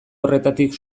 horretatik